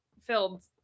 filled